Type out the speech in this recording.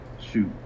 shoot